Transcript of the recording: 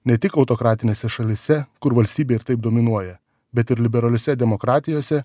ne tik autokratinėse šalyse kur valstybė ir taip dominuoja bet ir liberaliose demokratijose